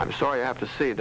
i'm sorry i have to s